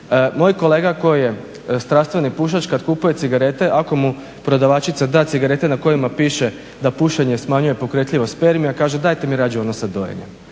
moj kolega koji je strastveni pušač kad kupuje cigarete ako mu prodavačica da cigarete na kojima piše da pušenje smanjuje pokretljivost spermija kaže dajte mi radije onu sa dojenjem.